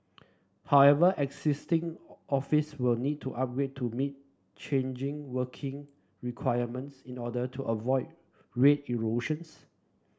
however existing office will need to upgrade to meet changing working requirements in order to avoid rate erosions